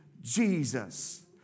Jesus